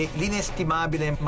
l'inestimabile